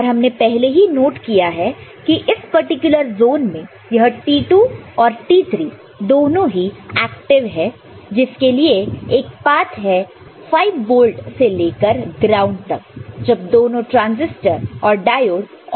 और हमने पहले ही नोट किया है कि इस पर्टिकुलर जोन में यहT2 ओ T3 दोनों ही एक्टिव है जिसके लिए एक पात है 5 वोल्ट से लेकर ग्राउंड तक जब दोनों ट्रांसिस्टर और डायोड ऑन है